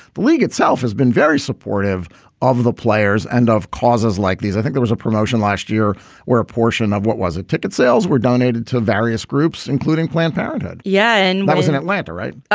the league itself has been very supportive of the players and of causes like these. i think it was a promotion last year where a portion of what was a ticket sales were donated to various groups, including planned parenthood yeah. and i but was in atlanta, right.